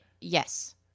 Yes